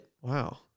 Wow